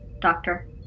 doctor